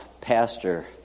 Pastor